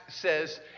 says